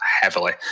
heavily